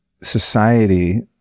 society